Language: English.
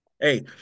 Hey